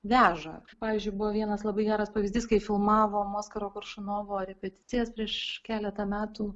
veža pavyzdžiui buvo vienas labai geras pavyzdys kai filmavom oskaro koršunovo repeticijas prieš keletą metų